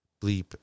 bleep